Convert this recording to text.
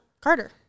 Carter